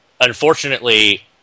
unfortunately